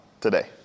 today